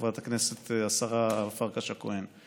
חברת הכנסת והשרה פרקש הכהן,